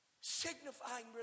signifying